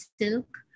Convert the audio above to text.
silk